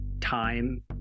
time